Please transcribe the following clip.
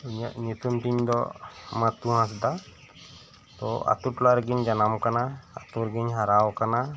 ᱤᱧᱟᱜ ᱧᱩᱛᱩᱢ ᱛᱤᱧ ᱫᱚ ᱢᱟᱛᱩ ᱦᱟᱸᱥᱫᱟ ᱛᱚ ᱟᱛᱩ ᱴᱚᱞᱟ ᱨᱮᱜᱮᱧ ᱡᱟᱱᱟᱢ ᱟᱠᱟᱱᱟ ᱟᱛᱳ ᱨᱮᱜᱮᱧ ᱦᱟᱨᱟ ᱟᱠᱟᱱᱟ